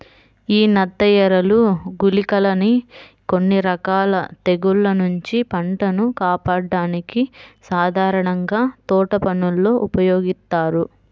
యీ నత్తఎరలు, గుళికలని కొన్ని రకాల తెగుల్ల నుంచి పంటను కాపాడ్డానికి సాధారణంగా తోటపనుల్లో ఉపయోగిత్తారు